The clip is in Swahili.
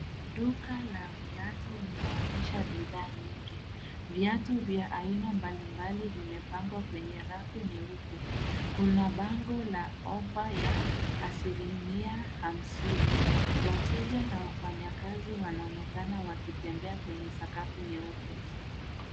Duka la viatu linaonyesha bidhaa nyingi. Viatu vya aina mbali mbali vimepangwa kwenye rafu nyeupe. Kuna bango la ofa ya asilimia hamsini. Wateja na wafanyakazi wanonekana wakitembea kwenye sakafu nyeupe.